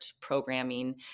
programming